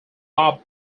mob